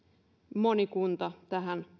moni kunta tähän